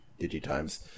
DigiTimes